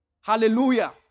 Hallelujah